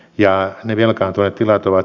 ja vieläpä antoi tilat ovat